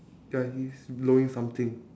ya he's blowing something